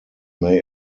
may